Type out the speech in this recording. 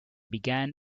began